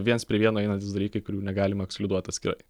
viens prie vieno einantys dalykai kurių negalima ekskliuduot atskirai